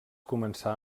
començà